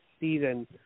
season